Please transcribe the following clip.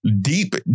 deep